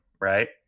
right